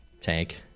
tank